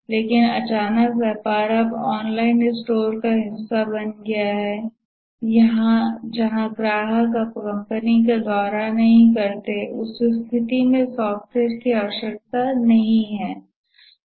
लेकिन अचानक व्यापार अब एक ऑनलाइन स्टोर का हिस्सा बन गया यह जहां ग्राहक कंपनी का दौरा नहीं करते हैं उस स्थिति में सॉफ्टवेयर की आवश्यकता नहीं है